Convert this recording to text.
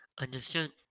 understood